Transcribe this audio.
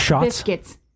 biscuits